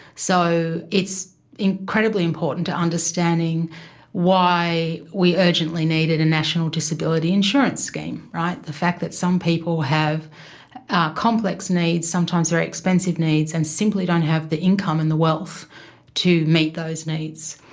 so it's incredibly important to understanding why we urgently needed a national disability insurance scheme the fact that some people have complex needs, sometimes very expensive needs, and simply don't have the income and the wealth to meet those needs.